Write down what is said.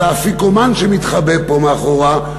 על האפיקומן שמתחבא פה מאחורה,